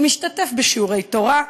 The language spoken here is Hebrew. משתתף בשיעורי תורה,